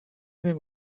wiem